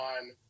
on